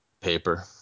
Paper